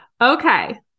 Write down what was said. Okay